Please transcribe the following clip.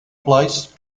placed